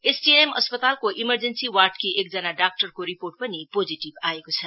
STNM अस्पतालको emergency वार्डकी एकजना डाक्टरको रिपोर्ट पनि पोजिटीभ आएको छ